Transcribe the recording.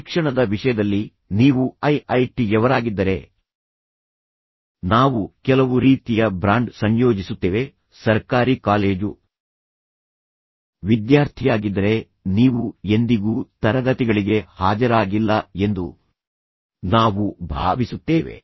ಶಿಕ್ಷಣದ ವಿಷಯದಲ್ಲಿ ನೀವು ಐ ಐ ಟಿ ಯವರಾಗಿದ್ದರೆ ನಾವು ಕೆಲವು ರೀತಿಯ ಬ್ರಾಂಡ್ ಸಂಯೋಜಿಸುತ್ತೇವೆ ಸರ್ಕಾರಿ ಕಾಲೇಜು ವಿದ್ಯಾರ್ಥಿಯಾಗಿದ್ದರೆ ನೀವು ಎಂದಿಗೂ ತರಗತಿಗಳಿಗೆ ಹಾಜರಾಗಿಲ್ಲ ಎಂದು ನಾವು ಭಾವಿಸುತ್ತೇವೆ